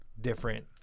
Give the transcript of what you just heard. different